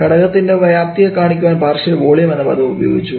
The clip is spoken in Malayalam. ഘടകത്തിൻറെ വ്യാപ്തിയെ കാണിക്കുവാൻ പാർഷ്യൽ വോളിയം എന്ന പദവും ഉപയോഗിച്ചു